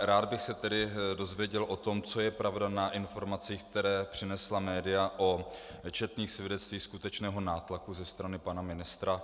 Rád bych se tedy dověděl o tom, co je pravda na informacích, které přinesla média, o četných svědectvích skutečného nátlaku ze strany pana ministra.